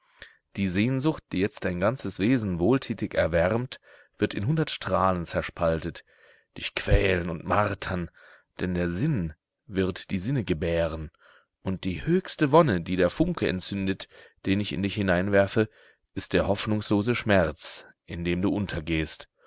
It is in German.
die sehnsucht die jetzt dein ganzes wesen wohltätig erwärmt wird in hundert strahlen zerspaltet dich quälen und martern denn der sinn wird die sinne gebären und die höchste wonne die der funke entzündet den ich in dich hineinwerfe ist der hoffnungslose schmerz in dem du untergehst